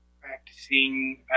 practicing